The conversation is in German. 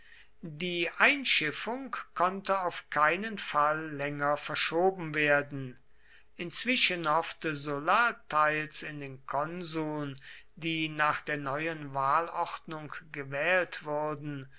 die einschiffung konnte auf keinen fall länger verschoben werden inzwischen hoffte sulla teils in den konsuln die nach der neuen wahlordnung gewählt würden